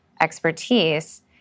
expertise